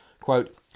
quote